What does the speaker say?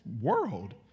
world